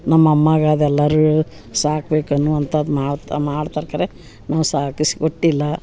ನಮ್ಮ ಅಮ್ಮಾಗ ಅದೆಲ್ಲರೂ ಸಾಕ್ಬೇಕು ಅನ್ನು ಅಂಥದ್ ಮಾಡಿ ಮಾಡ್ತರೆ ಕರೆ ನಾವು ಸಾಕಸ್ಕೊಟ್ಟಿಲ್ಲ